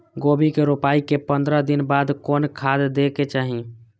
गोभी के रोपाई के पंद्रह दिन बाद कोन खाद दे के चाही?